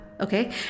okay